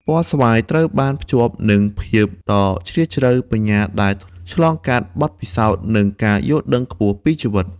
ពណ៌ស្វាយត្រូវបានភ្ជាប់នឹងភាពដ៏ជ្រាលជ្រៅ បញ្ញាដែលឆ្លងកាត់បទពិសោធន៍ និងការយល់ដឹងខ្ពស់ពីជីវិត។